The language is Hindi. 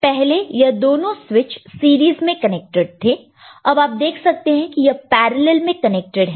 पहले यह दोनों स्विचस सीरीज में कनेक्टेड था अब आप देख सकते हैं यह पैरेलल में कनेक्टेड है